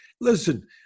Listen